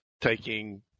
taking